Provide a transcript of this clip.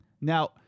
Now